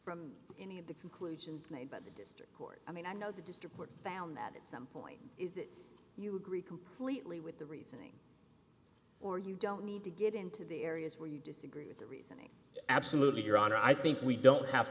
from any of the conclusions that district court i mean i know the district court found that at some point you agree completely with the reasoning or you don't need to get into the areas where you disagree with the reasoning absolutely your honor i think we don't have